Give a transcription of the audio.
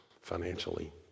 financially